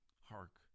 hark